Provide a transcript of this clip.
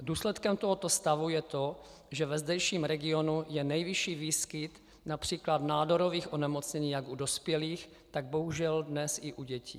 Důsledkem tohoto stavu je to, že ve zdejším regionu je nejvyšší výskyt např. nádorových onemocnění jak u dospělých, tak bohužel dnes i u dětí.